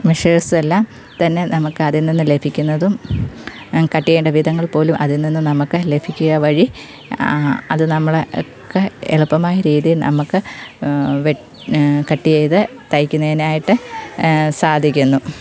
മെഷേർസെല്ലാം തന്നെ നമുക്കതിൽ നിന്ന് ലഭിക്കുന്നതും കട്ട് ചെയ്യേണ്ട വിധങ്ങൾ പോലും അതിൽ നിന്നും നമുക്ക് ലഭിക്കുക വഴി അതു നമ്മളെ ഒക്കെ എളുപ്പമായ രീതിയിൽ നമുക്ക് കട്ട് ചെയ്ത് തയ്ക്കുന്നതിനായിട്ട് സാധിക്കുന്നു